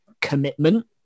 commitment